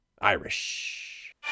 Irish